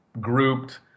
grouped